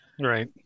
Right